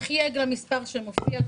חייב למספר שמופיע,